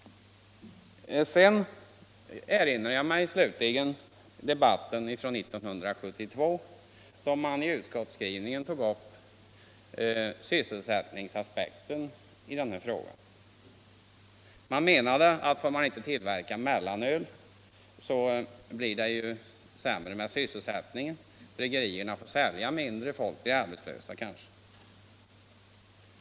Slutligen erinrar jag mig debatten 1972, då man i utskottsskrivningen tog upp sysselsättningsaspekten i denna fråga. Man menade att om mellanöl inte framställs blir det sämre med sysselsättningen, bryggerierna får sälja mindre och folk kanske blir arbetslösa.